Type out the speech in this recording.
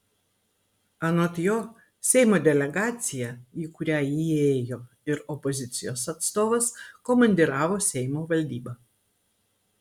anot jo seimo delegaciją į kurią įėjo ir opozicijos atstovas komandiravo seimo valdyba